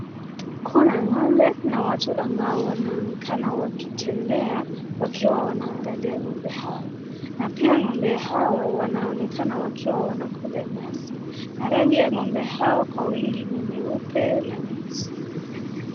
Kuna ng'ombe na watu ambao wanonekena wakitembea wakiwa wanaangalia ng'ombe hao. Na pia ng'ombe hawa wanaonekana wakila nyasi na rangi ya ng'ombe hao kwa wingi ni nyeupe na nyeusi.